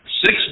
Six